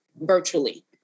virtually